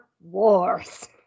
Wars